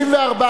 בעד,